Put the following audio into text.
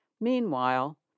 Meanwhile